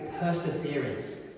perseverance